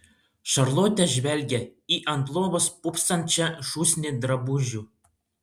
šarlotė žvelgė į ant lovos pūpsančią šūsnį drabužių